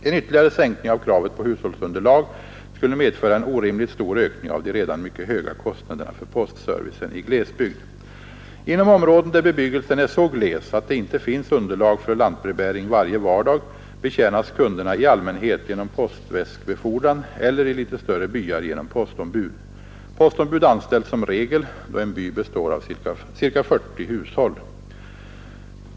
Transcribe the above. En ytterligare sänkning av kravet på hushållsunderlag skulle medföra en orimligt stor ökning av de redan mycket höga kostnaderna för postservicen i glesbygd. Inom områden där bebyggelsen är så gles att det inte finns underlag för lantbrevbäring varje vardag betjänas kunderna i allmänhet genom postväskbefordran eller i litet större byar genom postombud. Postombud anställs som regel då en by består av ca 40 hushåll.